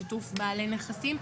לשיתוף בעלי נכסים?